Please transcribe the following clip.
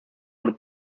por